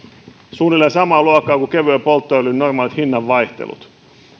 suunnilleen samaa luokkaa kuin kevyen polttoöljyn normaalit hinnanvaihtelut